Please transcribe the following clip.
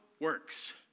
works